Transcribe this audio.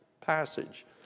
passage